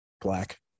Black